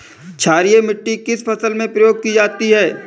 क्षारीय मिट्टी किस फसल में प्रयोग की जाती है?